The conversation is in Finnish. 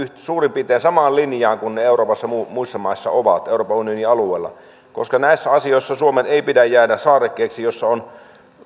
suurin piirtein samaan linjaan kuin ne euroopassa muissa maissa ovat euroopan unionin alueella koska näissä asioissa suomen ei pidä jäädä saarekkeeksi jossa on